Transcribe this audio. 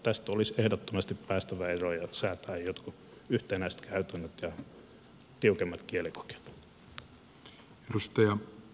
tästä olisi ehdottomasti päästävä eroon ja säädettävä jotkut yhtenäiset käytännöt ja tiukemmat kielikokeet